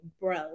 bro